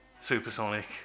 Supersonic